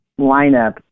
lineup